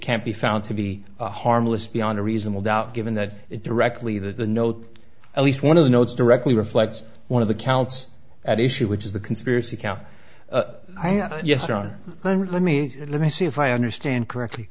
can't be found to be harmless beyond a reasonable doubt given that it directly that the note at least one of the notes directly reflects one of the counts at issue which is the conspiracy count yes or on one would let me let me see if i understand correctly